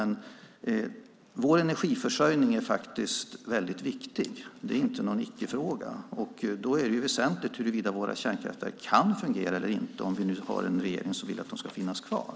Vår energiförsörjning är väldigt viktig, det är inte någon icke-fråga. Då är det väsentligt huruvida våra kärnkraftverk kan fungera eller inte, om vi nu har en regering som vill att de ska finnas kvar.